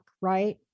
right